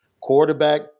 Quarterback